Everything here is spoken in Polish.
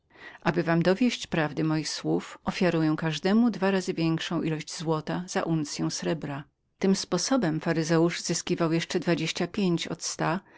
aby wam dowieść prawdy słów moich ofiaruję każdemu dwa razy większą ilość złota za uncyą srebra tym sposobem faryzeusz zyskiwał jeszcze dwadzieścia pięć